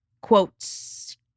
quotes